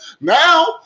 Now